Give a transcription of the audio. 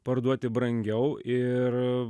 parduoti brangiau ir